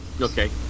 Okay